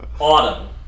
Autumn